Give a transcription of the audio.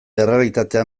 errealitatea